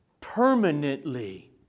permanently